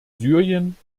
syrien